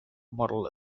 model